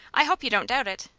i hope you don't doubt it.